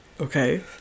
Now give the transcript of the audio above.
okay